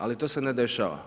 Ali to se ne dešava.